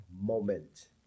moment